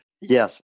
Yes